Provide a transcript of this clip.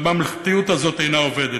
והממלכתיות הזאת אינה עובדת.